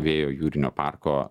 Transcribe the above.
vėjo jūrinio parko